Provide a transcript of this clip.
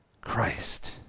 Christ